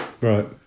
Right